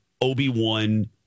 Obi-Wan